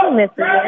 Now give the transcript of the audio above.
misses